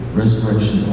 resurrection